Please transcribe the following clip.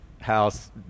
house